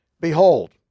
behold